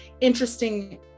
interesting